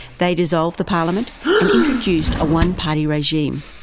they dissolved the parliament and introduced a one-party regime.